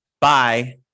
bye